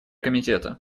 комитета